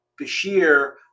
Bashir